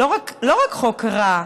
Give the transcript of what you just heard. לא רק חוק רע,